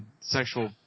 sexual